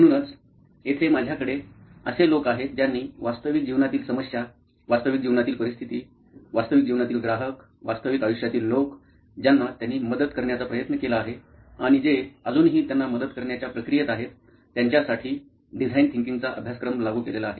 म्हणूनच येथे माझ्याकडे असे लोक आहेत ज्यांनी वास्तविक जीवनातील समस्या वास्तविक जीवनातील परिस्थिती वास्तविक जीवनातील ग्राहक वास्तविक आयुष्यातील लोक ज्यांना त्यांनी मदत करण्याचा प्रयत्न केला आहे आणि जे अजूनही त्यांना मदत करण्याच्या प्रक्रियेत आहेत त्यांच्यासाठी डिझाईन थिंकिंगचा अभ्यासक्रम लागू केलेला आहे